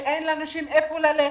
כשאין לנשים לאן ללכת,